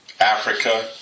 Africa